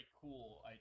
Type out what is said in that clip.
cool